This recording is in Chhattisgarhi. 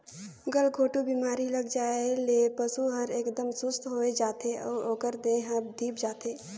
गलघोंटू बेमारी लग जाये ले पसु हर एकदम सुस्त होय जाथे अउ ओकर देह हर धीप जाथे